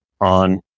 on